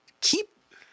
keep